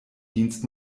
dienst